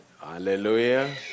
Hallelujah